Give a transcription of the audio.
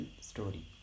story